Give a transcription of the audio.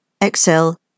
Excel